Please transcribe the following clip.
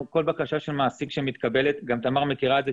כל בקשה של מעסיק שמתקבלת, גם תמר מכירה את זה,